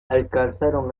alcanzaron